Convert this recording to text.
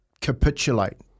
capitulate